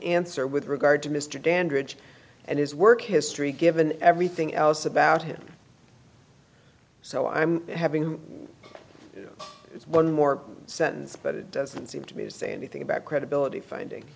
answer with regard to mr dandridge and his work history given everything else about him so i'm having one more sentence but it doesn't seem to be you say anything about credibility finding